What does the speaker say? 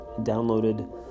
downloaded